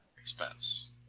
expense